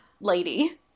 lady